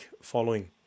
following